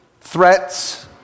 threats